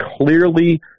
clearly